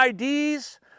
IDs